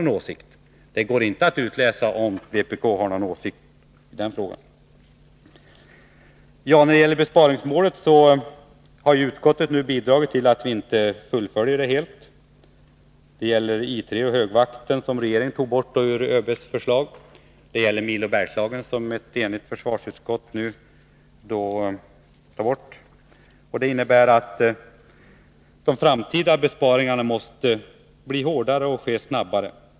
Det går i varje fall inte att utläsa om vpk har någon åsikt i den frågan. När det gäller besparingsmålet har utskottet nu bidragit till att vi inte helt fullföljer utredningsförslaget. Det gäller I 3 och högvakten, som regeringen tog bort ur ÖB:s förslag, det gäller Milo Bergslagen, som ett enigt försvarsutskott nu vill bibehålla. Detta innebär att de framtida besparingarna måste bli hårdare och ske snabbare.